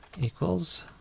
equals